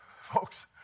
Folks